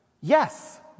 Yes